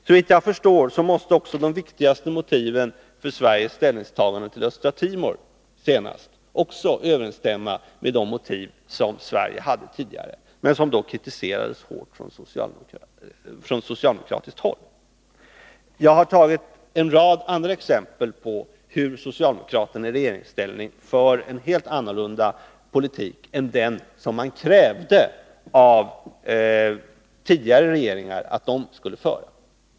Såvitt jag förstår måste också de viktigaste motiven för Sveriges ställningstagande till Östra Timor nu senast också överensstämma med de motiv som Sverige hade tidigare men som då kritiserades hårt från socialdemokratiskt håll. Jag har tagit en rad andra exempel på hur socialdemokraterna i regeringsställning för en helt annorlunda politik än den som man krävde att tidigare regeringar skulle föra.